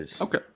Okay